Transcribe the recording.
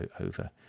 over